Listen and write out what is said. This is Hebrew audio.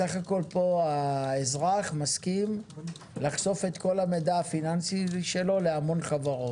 בסך הכל פה האזרח מסכים לחשוף את כל המידע הפיננסי שלו להמון חברות.